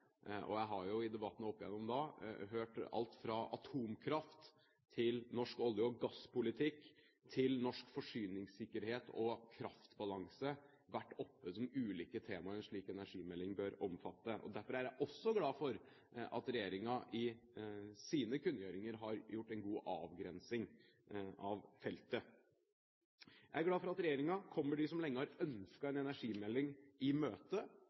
inneholde. Jeg har jo i debatten opp gjennom hørt alt fra atomkraft til norsk olje- og gasspolitikk til norsk forsyningssikkerhet og kraftbalanse være oppe som ulike temaer en slik energimelding bør omfatte. Derfor er jeg også glad for at regjeringen i sine kunngjøringer har gjort en god avgrensing av feltet. Jeg er glad for at regjeringen kommer dem som lenge har ønsket en energimelding, i møte.